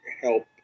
help